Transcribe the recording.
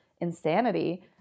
insanity